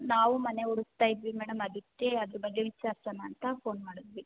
ನಾವು ಮನೆ ಹುಡುಕ್ತಾ ಇದ್ವಿ ಮೇಡಮ್ ಅದಕ್ಕೆ ಅದರ ಬಗ್ಗೆ ವಿಚಾರ್ಸಣ ಅಂತ ಫೋನ್ ಮಾಡಿದ್ವಿ